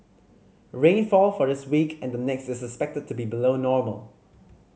rainfall for this week and the next is expected to be below normal